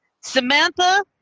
Samantha